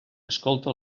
escolta